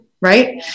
Right